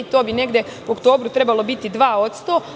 To bi negde u oktobru trebalo biti 2%